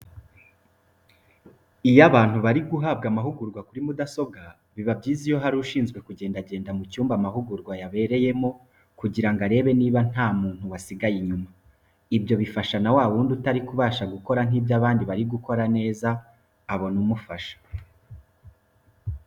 Iyo abantu bari guhabwa amahugurwa kuri mudasobwa, biba byiza iyo hari ushinzwe kugendagenda mu cyumba amahugurwa yabereyemo kugira ngo arebe niba nta muntu wasigaye inyuma. Ibyo bifasha na wa wundi utari kubasha gukora nk'ibyo abandi bari gukora neza abona umufasha.